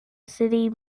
city